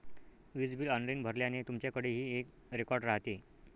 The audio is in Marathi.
वीज बिल ऑनलाइन भरल्याने, तुमच्याकडेही एक रेकॉर्ड राहते